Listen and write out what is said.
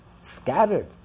Scattered